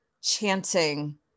chanting